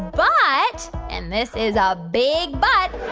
but and this is a big but.